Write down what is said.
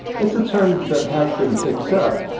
it's a term that has been picked up.